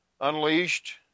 Unleashed